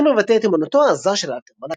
השיר מבטא את אמונתו העזה של אלתרמן,